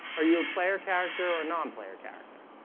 are you a player character or non player character